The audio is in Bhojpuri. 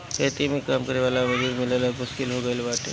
खेती में काम करे वाला मजूर मिलल अब मुश्किल हो गईल बाटे